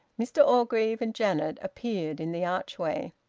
mr orgreave and janet appeared in the archway.